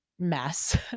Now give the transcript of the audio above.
mess